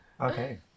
Okay